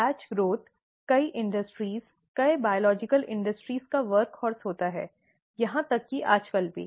batch विकास कई उद्योगों कई जैविक उद्योगों का वर्क हॉर्स होता है यहां तक कि आजकल भी